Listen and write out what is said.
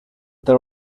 there